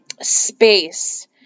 space